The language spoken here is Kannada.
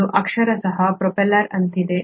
ಇದು ಅಕ್ಷರಶಃ ಪ್ರೊಪೆಲ್ಲರ್ ಅಂತಿದೆ